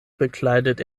bekleidet